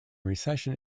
recession